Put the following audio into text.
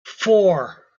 four